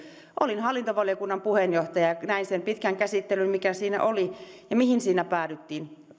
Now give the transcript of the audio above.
olin hallintovaliokunnan puheenjohtaja ja näin sen pitkän käsittelyn mikä siinä oli ja mihin siinä päädyttiin